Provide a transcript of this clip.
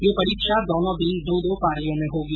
यह परीक्षा दोनो दिन दो दो पारियों में होगी